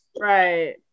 Right